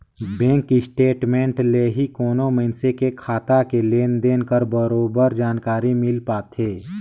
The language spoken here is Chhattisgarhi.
बेंक स्टेट मेंट ले ही कोनो मइनसे के खाता के लेन देन कर बरोबर जानकारी मिल पाथे